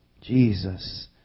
Jesus